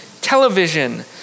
television